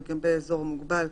לגבי אזור מוגבל,